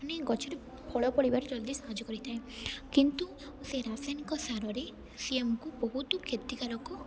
ମାନେ ଗଛରେ ଫଳ ପଡ଼ିବାରେ ଜଲଦି ସାହାଯ୍ୟ କରିଥାଏ କିନ୍ତୁ ସେଇ ରାସାୟନିକ ସାରରେ ସିଏ ଆମକୁ ବହୁତ କ୍ଷତିକାରକ